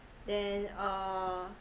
then uh